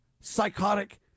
psychotic